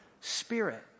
Spirit